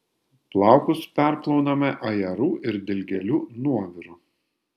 plaukus perplauname ajerų ir dilgėlių nuoviru